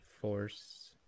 force